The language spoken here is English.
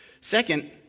Second